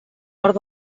nord